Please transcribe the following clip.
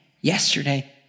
yesterday